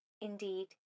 indeed